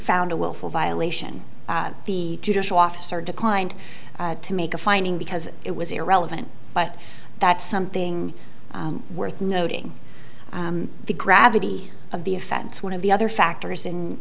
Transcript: found a willful violation of the judicial officer declined to make a finding because it was irrelevant but that something worth noting the gravity of the offense one of the other factors in